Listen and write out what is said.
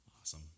Awesome